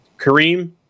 kareem